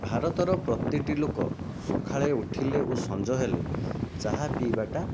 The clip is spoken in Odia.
ଭାରତର ପ୍ରତିଟି ଲୋକ ସଖାଳେ ଉଠିଲେ ଓ ସଞ୍ଜ ହେଲେ ଚାହା ପିଇବାଟା